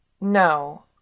No